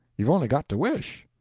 you've only got to wish.